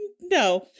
No